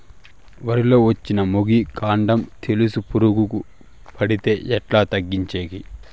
వరి లో వచ్చిన మొగి, కాండం తెలుసు పురుగుకు పడితే ఎట్లా తగ్గించేకి?